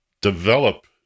develop